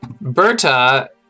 Berta